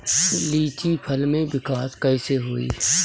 लीची फल में विकास कइसे होई?